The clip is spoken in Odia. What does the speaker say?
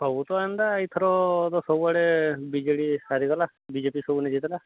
ସବୁ ତ ଏନ୍ତା ଏଇଥର ତ ସବୁଆଡ଼େ ବି ଜେ ଡ଼ି ହାରିଗଲା ବି ଜେ ପି ସବୁ ନିଜି ଦେଲା